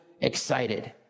excited